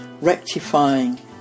rectifying